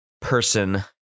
person